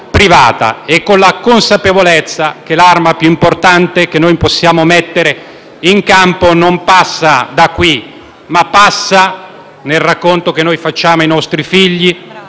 privata, e con la consapevolezza che l'arma più importante che possiamo mettere in campo non passa da qui, ma passa dal racconto che facciamo ai nostri figli,